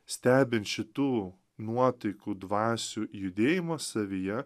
stebint šitų nuotaikų dvasių judėjimo savyje